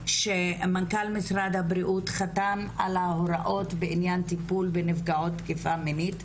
שמנכ"ל משרד הבריאות חתם על ההוראות בעניין טיפול בנפגעות תקיפה מינית.